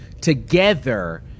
together